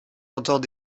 entend